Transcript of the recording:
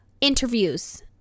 interviews